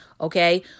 okay